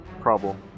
problem